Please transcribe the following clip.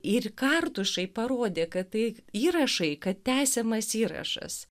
ir kartušai parodė kad tai įrašai kad tęsiamas įrašas